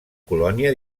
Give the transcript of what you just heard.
colònia